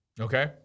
Okay